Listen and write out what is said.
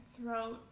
throat